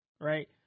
right